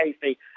Casey